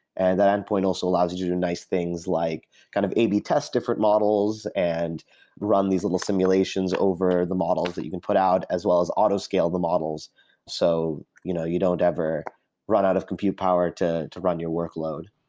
and that endpoint also allows and you nice things, like kind of a b test different models and run these little simulations over the models that you can put out as well as auto scale the models so you know you don't ever run out of compute power to to run your workload.